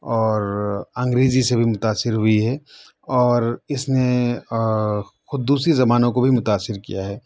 اور انگریزی سے بھی متاثر ہوئی ہے اور اِس نے خود دوسری زبانوں کو بھی متاثر کیا ہے